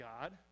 God